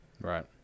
Right